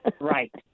Right